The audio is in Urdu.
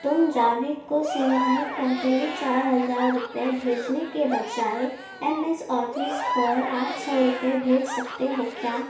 تم جاوید کو سہ ماہی کوارٹرلی چار ہزار روپے بھیجنے کے بجائے ایم ایس آفس پر آٹھ سو روپے بھیج سکتے ہو کیا